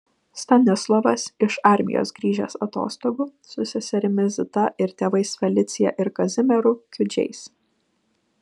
stanislovas iš armijos grįžęs atostogų su seserimi zita ir tėvais felicija ir kazimieru kiudžiais